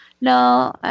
No